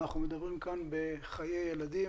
אנחנו מדברים כאן בחיי ילדים,